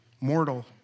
mortal